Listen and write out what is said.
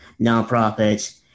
nonprofits